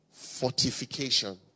fortification